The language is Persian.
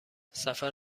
سفر